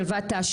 שלוותה,